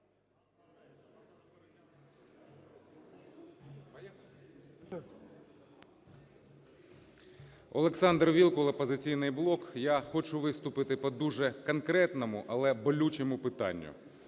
Олександр Вілкул, "Опозиційний блок". Я хочу виступити по дуже конкретному, але болючому питанню.